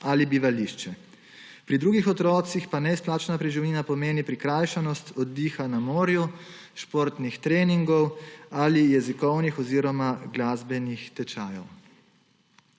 ali bivališče. Pri drugih otroci pa neizplačana preživnina pomeni prikrajšanost oddiha na morju, športnih treningov ali jezikovnih oziroma glasbenih tečajev.